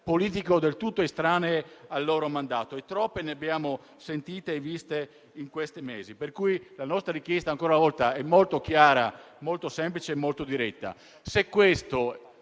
politico del tutto estranee al loro mandato; troppe ne abbiamo sentite e viste in questi mesi. La nostra richiesta ancora una volta è molto chiara, molto semplice e molto diretta.